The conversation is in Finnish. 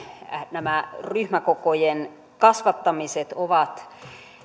nämä ryhmäkokojen kasvattamiset ovat